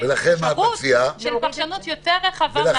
טעות של פרשנות יותר רחבה.